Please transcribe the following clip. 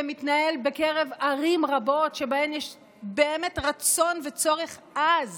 שמתנהל בקרב ערים רבות שבהן יש באמת רצון וצורך עז